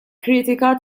kritika